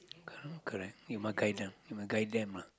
co~ correct you must guide them you must guide them lah